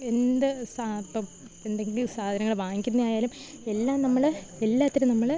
എന്ത് സാ ഇപ്പോള് എന്തെങ്കിലും സാധനങ്ങള് വാങ്ങിക്കുന്നായാലും എല്ലാം നമ്മള് എല്ലാത്തിലും നമ്മള്